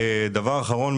דבר אחרון,